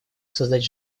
создать